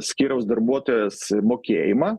skyriaus darbuotojas mokėjimą